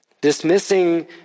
Dismissing